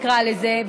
נקרא לזה,